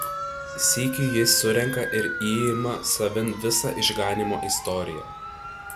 sykiu jis surenka ir įima savin visą išganymo istoriją